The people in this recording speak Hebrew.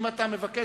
אם אתה מבקש,